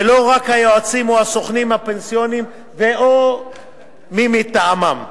ולא רק היועצים או הסוכנים הפנסיוניים ו/או מי מטעמם.